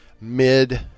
mid